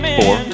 four